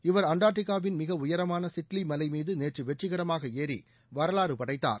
இவர் அண்டார்டிக்காவின் மிக உயரமான சிட்லி மலைமீது நேற்று வெற்றிகரமாக ஏறி வரலாறுப் படைத்தார்